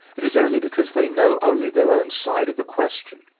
it is only because they know only their own side of the question.